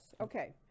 Okay